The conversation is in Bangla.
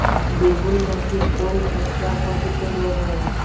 বেগুন গাছে কোন ছত্রাক ঘটিত রোগ হয়?